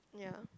yeah